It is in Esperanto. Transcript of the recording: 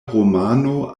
romano